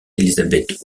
élisabeth